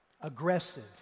aggressive